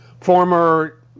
former